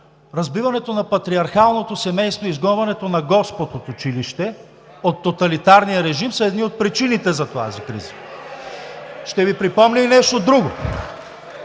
Разбиването на патриархалното семейство, изгонването на Господ от училище от тоталитарния режим са едни от причините за тази криза. (Възгласи от „БСП за